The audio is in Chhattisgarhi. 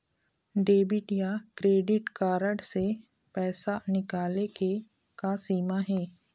डेबिट या क्रेडिट कारड से पैसा निकाले के का सीमा हे?